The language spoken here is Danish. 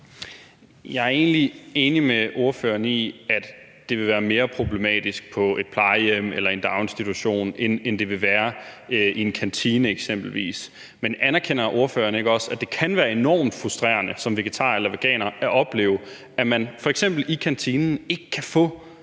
Jeg er egentlig enig med ordføreren i, at det ville være mere problematisk på et plejehjem eller i en daginstitution, end det eksempelvis ville være i en kantine. Men anerkender ordføreren ikke også, at det kan være enormt frustrerende som vegetar eller veganer at opleve, at man f.eks. i kantinen ikke kan få